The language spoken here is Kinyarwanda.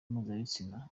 mpuzabitsina